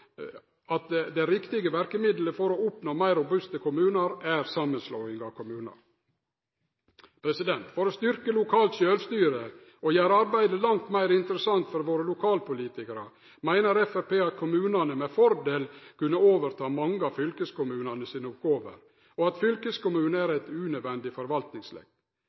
samanslåing av kommunar. For å styrkje lokalt sjølvstyre og gjere arbeidet langt meir interessant for våre lokalpolitikarar meiner Framstegspartiet at kommunane med fordel kunne overta mange av fylkeskommunane sine oppgåver, og at fylkeskommunen er eit unødvendig